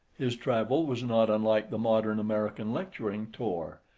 his travel was not unlike the modern american lecturing tour,